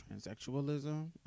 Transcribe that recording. transsexualism